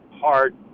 hard